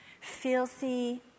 filthy